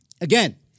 Again